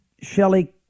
Shelley